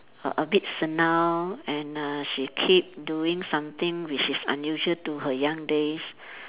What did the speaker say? a a bit senile and uh she keep doing something which is unusual to her young days